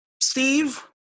Steve